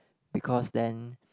because then